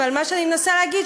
אבל מה שאני מנסה להגיד,